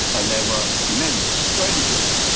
and there were men, strangers,